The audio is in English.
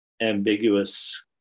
ambiguous